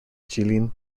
jilin